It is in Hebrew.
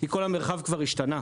כי כל המרחב כבר השתנה.